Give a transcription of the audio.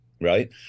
right